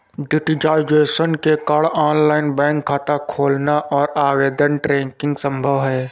digitisation के कारण online bank खाता खोलना और आवेदन ट्रैकिंग संभव हैं